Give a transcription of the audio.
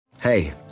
Hey